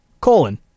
colon